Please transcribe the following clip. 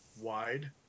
wide